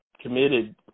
committed